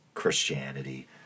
Christianity